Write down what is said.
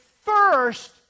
first